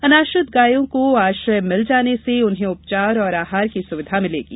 अनाश्रित गायों को आश्रय मिल जाने से उन्हें उपचार और आहार की सुविधा मिलेगी